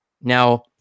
Now